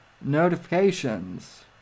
notifications